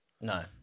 no